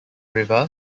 river